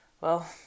Well